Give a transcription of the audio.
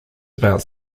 about